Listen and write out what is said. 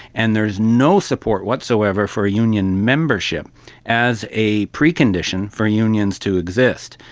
and there's no support whatsoever for union membership as a precondition for unions to exist.